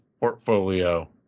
portfolio